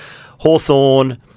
Hawthorne